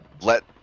let